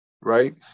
Right